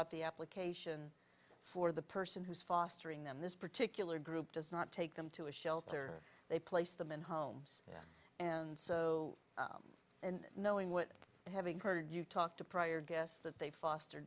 out the application for the person who's fostering them in this particular group does not take them to a shelter they place them in homes and so and knowing what and having heard you talk to prior guests that they foster